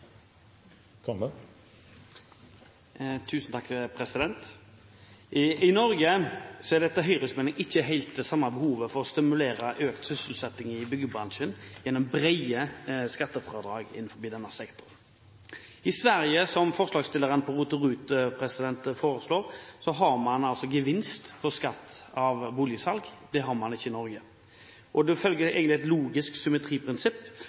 Høyres mening ikke helt det samme behovet for å stimulere til økt sysselsetting i byggebransjen gjennom brede skattefradrag innenfor sektoren. I Sverige har man altså, ifølge forslagsstilleren, gevinst på skatt ved boligsalg ved ROT- og RUT-ordningen. Det har man ikke i Norge. Det følger egentlig et logisk symmetriprinsipp om at man ikke skal ha fradrag hvis man ikke har en avgift, og